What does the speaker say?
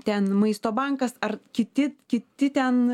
ten maisto bankas ar kiti kiti ten